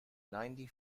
ninety